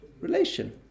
relation